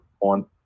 on